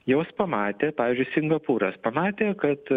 jos pamatė pavyzdžiui singapūras pamatė kad